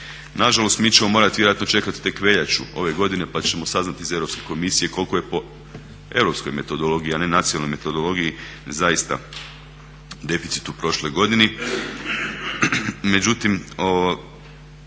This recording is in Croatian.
Na žalost, mi ćemo morati vjerojatno čekati tek veljaču ove godine pa ćemo saznati iz Europske komisije koliko je po europskoj metodologiji, a ne nacionalnoj metodologiji zaista deficit u prošloj godini.